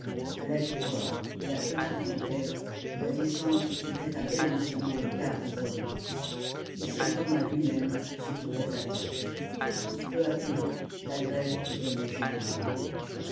à la victoire et à feutry cantel la descente comptait à peine maintenant le quart des hommes et saint-thomas lui-même se trouvait atteint peu à peu la grève devenait générale